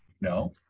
No